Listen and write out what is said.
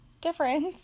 difference